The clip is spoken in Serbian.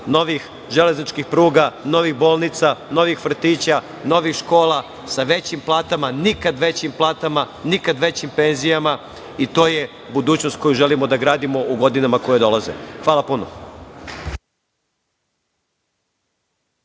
novih železničkih pruga, novih bolnica, novih vrtića, novih škola, sa većim platama, nikad većim platama, nikad većim penzijama. To je budućnost koju želimo da gradimo u godinama koje dolaze. Hvala puno.